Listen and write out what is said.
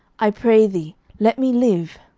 i pray thee, let me live.